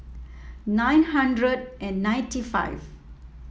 nine hundred and ninety five